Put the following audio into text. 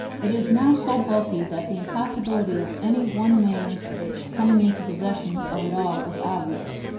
it is now so bulky that the impossibility of any one man's coming into possession of it all is obvious.